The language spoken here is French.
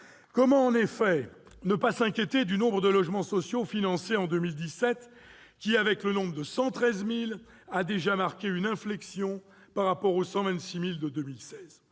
Comment, en effet, ne pas s'inquiéter du nombre de logements sociaux financés en 2017 ? À 113 000, il a déjà marqué une inflexion par rapport aux 126 000 de 2016.